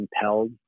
compelled